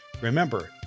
remember